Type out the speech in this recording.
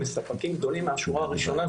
מספקים גדולים מהשורה הראשונה,